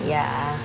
ya